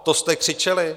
To jste křičeli?